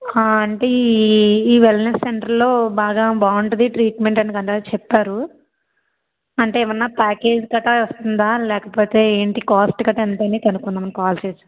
అంటే ఈ వెల్నెస్ సెంటర్లో బాగా బాగుంటుంది ట్రీట్మెంట్ గట్రా అని చెప్పారు అంటే ఏమైనా ప్యాకేజీ గట్రా వస్తుందా లేకపోతే ఏంటి కాస్ట్ గట్రా ఎంతని కనుక్కుందామని కాల్ చేశాను